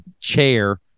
chair